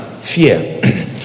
fear